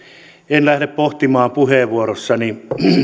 en lähde pohtimaan puheenvuorossani